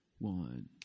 One